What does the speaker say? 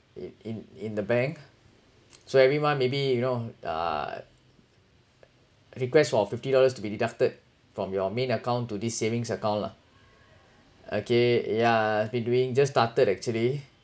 in in in the bank so every month maybe you know uh request for a fifty dollars to be deducted from your main account to this savings account lah okay yeah I've been doing just started actually